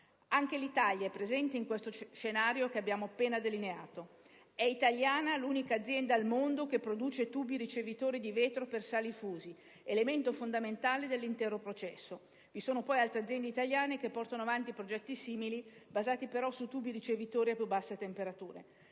Anche l'Italia è presente in questo scenario che abbiamo appena delineato. È italiana l'unica azienda al mondo che produce tubi ricevitori di vetro per sali fusi, elemento fondamentale dell'intero processo. Vi sono poi altre aziende italiane che portano avanti progetti simili basati però su tubi ricevitori a più basse temperature.